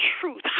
truth